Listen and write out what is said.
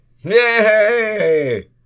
yay